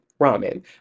ramen